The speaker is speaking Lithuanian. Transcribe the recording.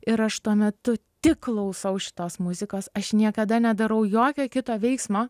ir aš tuo metu tik klausau šitos muzikos aš niekada nedarau jokio kito veiksmo